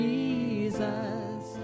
Jesus